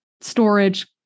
storage